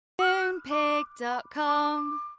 Moonpig.com